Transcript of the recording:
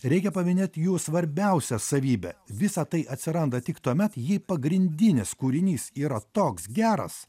reikia paminėti jų svarbiausią savybę visa tai atsiranda tik tuomet ji pagrindinis kūrinys yra toks geras